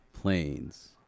planes